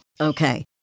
Okay